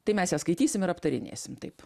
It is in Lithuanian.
tai mes ją skaitysim ir aptarinėsim taip